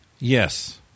Yes